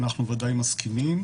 אנחנו ודאי מסכימים,